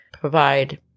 provide